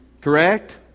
Correct